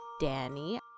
Danny